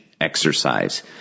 exercise